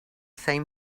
same